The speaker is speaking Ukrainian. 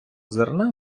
зерна